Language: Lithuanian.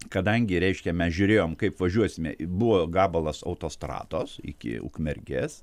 kadangi reiškia mes žiūrėjom kaip važiuosime i buvo gabalas autostrados iki ukmergės